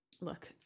look